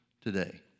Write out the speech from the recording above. today